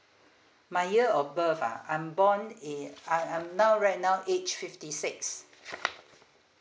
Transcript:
my year of birth ah I'm born in I I'm now right now age fifty six